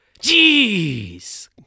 Jeez